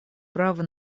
право